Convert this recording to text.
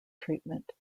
treatment